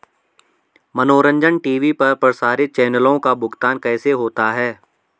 मनोरंजन टी.वी पर प्रसारित चैनलों का भुगतान कैसे होता है?